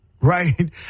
Right